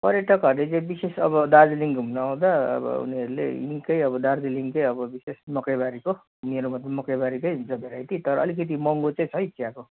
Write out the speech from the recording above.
पर्यटकहरूले चाहिँ विशेष अब दार्जिलिङ घुम्न आउँदा अब उनीहरूले निकै अब दार्जिलिङकै अब विशेष अब मकैबारीको मेरोमा मकैबारीकै हुन्छ भेराइटी तर अलिकति महँगो चाहिँ छ है त्यहाँको